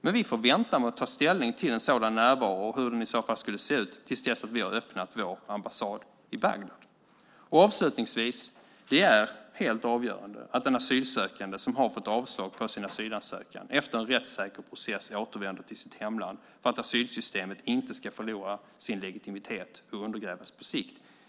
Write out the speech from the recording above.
Men vi får vänta med att ta ställning till en sådan närvaro och hur den i så fall skulle se ut till dess att vi har öppnat vår ambassad i Bagdad. Avslutningsvis: Det är helt avgörande att en asylsökande som har fått avslag på sin asylansökan efter en rättssäker process återvänder till sitt hemland för att asylsystemet inte ska förlora sin legitimitet och undergrävas på sikt.